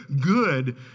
good